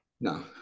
No